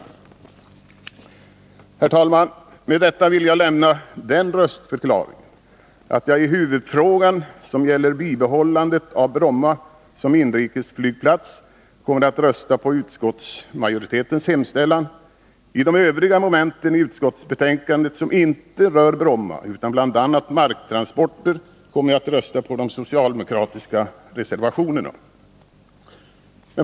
Herr talman! Med detta vill jag lämna den röstförklaringen, att jag i huvudfrågan, som gäller bibehållandet av Bromma som inrikesflygplats, kommer att rösta för utskottsmajoritetens hemställan. I de övriga momenten i utskottsbetänkandet, som inte rör Bromma utan bl.a. marktransporter, kommer jag att rösta på de socialdemokratiska reservationerna.